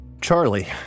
Charlie